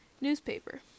newspaper